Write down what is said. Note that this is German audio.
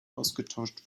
ausgetauscht